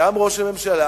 גם ראש הממשלה